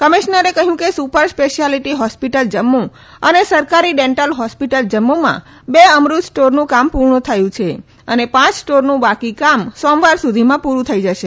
કમિશ્નરે કહ્યું કે સુપર સ્પેશિયાલીટી હોસ્પિટલ જમ્મુ અને સરકારી ડેન્ટલ હોસ્પિટલ જમ્મુમાં બે અમૃત સ્ટોરનું કામ પુરૂ થયું છે અને પાંચ સ્ટોરનું બાકી કામ સોમવાર સુધીમાં પુરૂ થઇ જશે